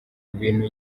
ibintu